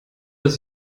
dass